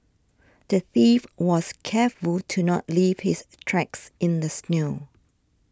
the thief was careful to not leave his tracks in the snow